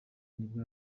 nibwo